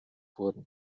wurden